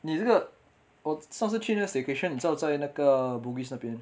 你这个我上次去那个 staycation 你知道在那个 bugis 那边